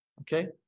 Okay